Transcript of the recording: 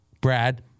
Brad